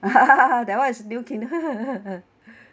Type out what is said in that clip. that one is new kingdom